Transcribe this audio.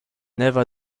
never